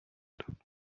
داد